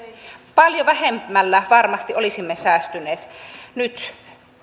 paljon vähemmällä varmasti olisimme säästyneet nyt